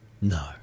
No